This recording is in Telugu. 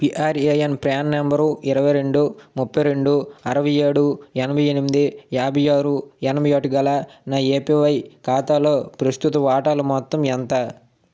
పిఆర్ఏఎన్ ప్రాణ్ నెంబరు ఇరవై రెండు ముప్పై రెండు అరవై ఏడు ఎనభై ఎనిమిది యాభై ఆరు ఎనభై ఒకటి గల నా ఏపివై ఖాతాలో ప్రస్తుత వాటాలు మొత్తం ఎంత